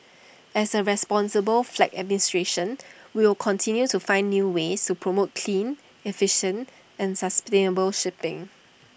as A responsible flag administration we will continue to find new ways to promote clean efficient and sustainable shipping